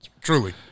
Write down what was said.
Truly